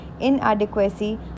inadequacy